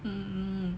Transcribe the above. hmm